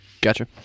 Gotcha